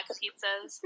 pizzas